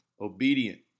obedient